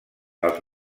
els